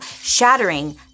shattering